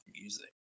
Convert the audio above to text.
music